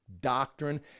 doctrine